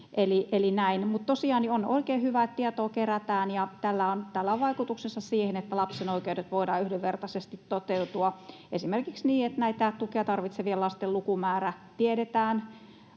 on oikein hyvä, että tietoa kerätään, ja tällä on vaikutuksensa siihen, että lapsen oikeudet voivat yhdenvertaisesti toteutua esimerkiksi niin, että näiden tukea tarvitsevien lasten lukumäärä tiedetään